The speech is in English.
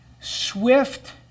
swift